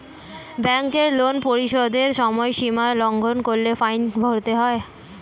ব্যাংকের লোন পরিশোধের সময়সীমা লঙ্ঘন করলে ফাইন ভরতে হয়